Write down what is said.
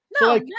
No